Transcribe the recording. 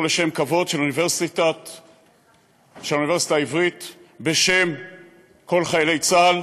לשם כבוד של האוניברסיטה העברית בשם כל חיילי צה"ל,